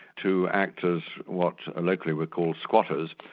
to act as what locally were called squatters,